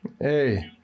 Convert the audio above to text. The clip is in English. Hey